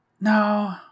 No